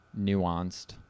nuanced